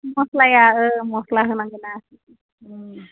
मस्लाया हो मस्ला होनांगोना